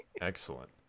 Excellent